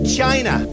China